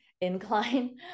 incline